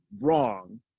wrong